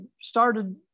started